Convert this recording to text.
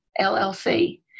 LLC